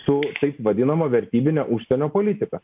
su taip vadinama vertybine užsienio politika